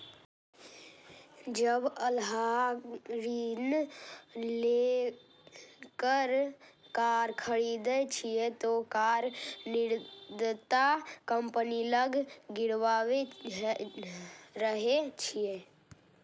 जब अहां ऋण लए कए कार खरीदै छियै, ते कार ऋणदाता कंपनी लग गिरवी रहै छै